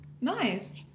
Nice